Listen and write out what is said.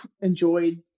enjoyed